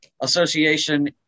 association